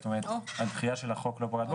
זאת אומרת הדחייה של החוק לא פגעה בו,